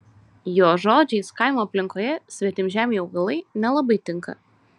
jo žodžiais kaimo aplinkoje svetimžemiai augalai nelabai tinka